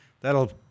That'll